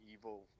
evil